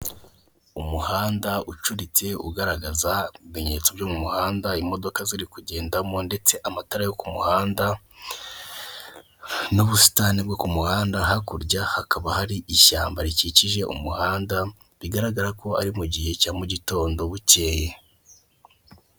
Umuhanda ucuritse ugaragaza ibimenyetso byo mu muhanda imodoka ziri kugendamo, ndetse amatara yo ku muhanda n'ubusitani bwo ku muhanda, hakurya hakaba hari ishyamba rikikije umuhanda bigaragara ko ari mu gihe cya mu gitondo bukeye.